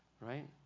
right